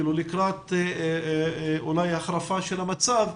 לקראת אולי החרפת המצב,